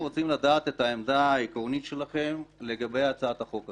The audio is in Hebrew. אנחנו רוצים לדעת את העמדה העקרונית שלכם לגבי הצעת החוק הזאת.